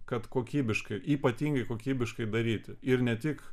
kad kokybiškai ypatingai kokybiškai daryti ir ne tik